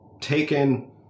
taken